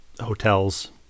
hotels